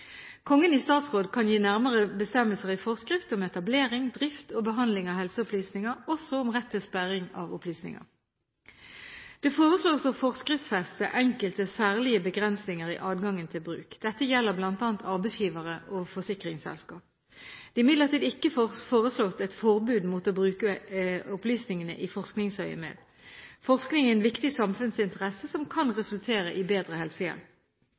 Kongen i statsråd kan gi nærmere bestemmelser i forskrift om etablering, drift og behandling av helseopplysninger, også om rett til sperring av opplysninger. Det foreslås å forskriftsfeste enkelte særlige begrensninger i adgangen til bruk. Dette gjelder bl.a. arbeidsgivere og forsikringsselskap. Det er imidlertid ikke foreslått et forbud mot å bruke opplysningene i forskningsøyemed. Forskning er en viktig samfunnsinteresse som kan resultere i bedre helsehjelp.